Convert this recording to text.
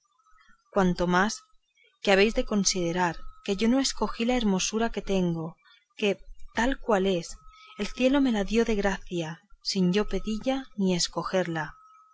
cuanto más que habéis de considerar que yo no escogí la hermosura que tengo que tal cual es el cielo me la dio de gracia sin yo pedilla ni escogella